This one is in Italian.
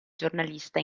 giornalista